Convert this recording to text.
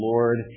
Lord